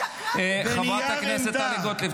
שקרן --- שקרן --- חברת הכנסת טלי גוטליב,